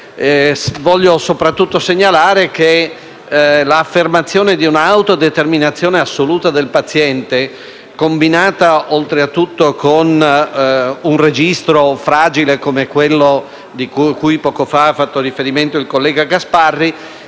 Voglio soprattutto segnalare che l'affermazione dell'autodeterminazione assoluta del paziente combinata oltretutto con un registro fragile, come quello cui poco fa ha fatto riferimento il collega Gasparri,